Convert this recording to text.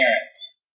parents